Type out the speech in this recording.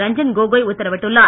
ரஞ்சன் கோகோய் உத்தரவிட்டுள்ளார்